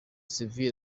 sivile